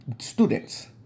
students